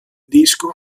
disco